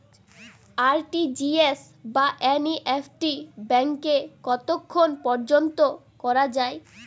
RTGS বা NEFT ব্যাংকে কতক্ষণ পর্যন্ত করা যায়?